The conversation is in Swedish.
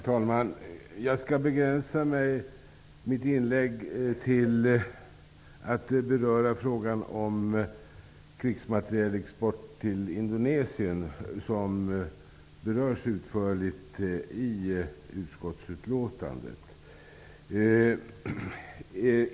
Herr talman! Jag skall begränsa mitt inlägg till att beröra frågan om krigsmaterielexport till Indonesien, som berörs utförligt i utskottsutlåtandet.